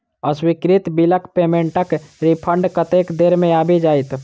अस्वीकृत बिलक पेमेन्टक रिफन्ड कतेक देर मे आबि जाइत?